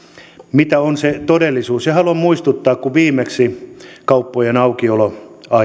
mitä on se todellisuus haluan muistuttaa että kun viimeksi kauppojen aukioloaikoja